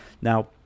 Now